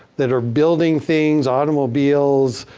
that are building things, automobiles,